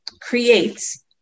creates